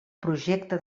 projecte